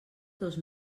dos